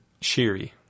Shiri